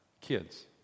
kids